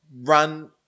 Run